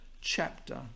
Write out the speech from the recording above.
chapter